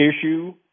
issue